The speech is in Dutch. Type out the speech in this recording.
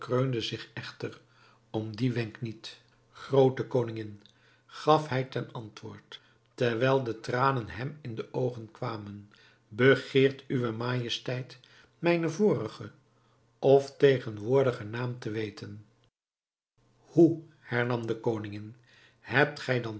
zich echter om dien wenk niet groote koningin gaf hij ten antwoord terwijl de tranen hem in de oogen kwamen begeert uwe majesteit mijnen vorigen of tegenwoordigen naam te weten hoe hernam de koningin hebt gij